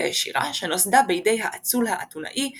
ישירה שנוסדה בידי האציל האתונאי קלייסתנס.